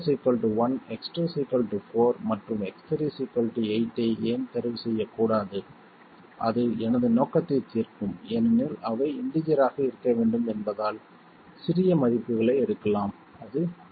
X1 1 X2 4 மற்றும் X3 8 ஐ ஏன் தேர்வு செய்யக்கூடாது அது எனது நோக்கத்தைத் தீர்க்கும் ஏனெனில் அவை இண்டீஜர் ஆக இருக்க வேண்டும் என்பதால் சிறிய மதிப்புகளை எடுக்கலாம் அது நல்லது